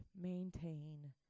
maintain